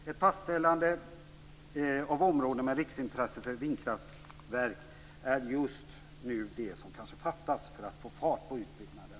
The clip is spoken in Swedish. Ett fastställande av områden med riksintresse för vindkraftverk är just nu det som kanske fattas för att få fart på utbyggnaden.